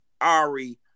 Ari